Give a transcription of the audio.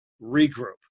regroup